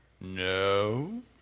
No